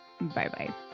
Bye-bye